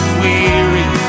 weary